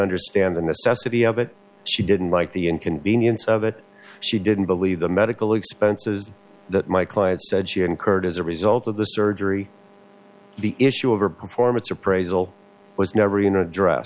understand the necessity of it she didn't like the inconvenience of it she didn't believe the medical expenses that my client said she incurred as a result of the surgery the issue of her performance appraisal was never enough address